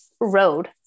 road